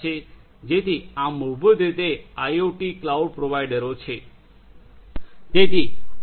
જેથી આ મૂળભૂત રીતે આઇઓટી ક્લાઉડ પ્રોવાઇડરો છે